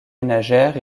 ménagères